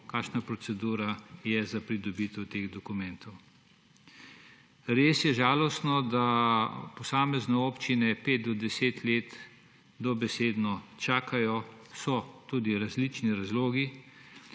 kakšna procedura je za pridobitev teh dokumentov. Res je žalostno, da posamezne občine 5 do 10 let dobesedno čakajo, so tudi različni razlogi,